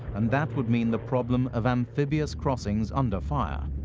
and that would mean the problem of amphibious crossings under fire,